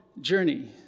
journey